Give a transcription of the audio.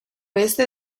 oeste